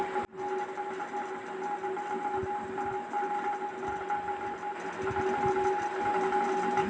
ATM से पइसा निकाले खातिर हमके डेबिट कार्ड क जरूरत होला